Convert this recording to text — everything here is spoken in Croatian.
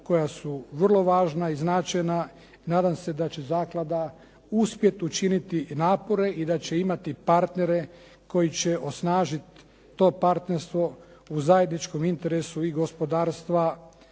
koja su vrlo važna i značajna. Nadam se da će zaklada uspjet učiniti napore i da će imati napore i da će imati partnere koji će osnažit to partnerstvo u zajedničkom interesu i gospodarstva